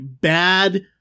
bad